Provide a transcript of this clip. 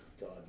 God